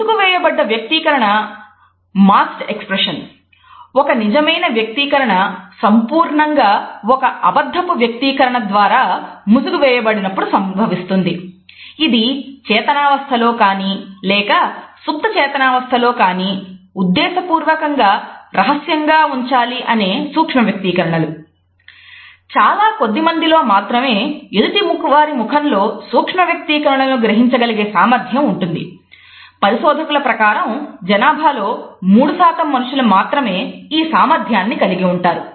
ముసుగు వేయబడిన వ్యక్తీకరణ మనుషులు మాత్రమే ఈ సామర్థ్యాన్ని కలిగి ఉంటారు